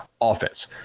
offense